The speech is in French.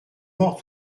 morts